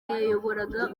yayoboraga